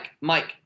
Mike